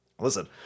Listen